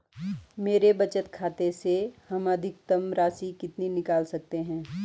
मेरे बचत खाते से हम अधिकतम राशि कितनी निकाल सकते हैं?